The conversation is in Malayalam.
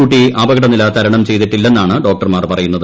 കുട്ടി അപകടനില തരണം ചെയ്തിട്ടില്ലെന്നാണ് ഡോക്ടർമാർ പറയുന്നത്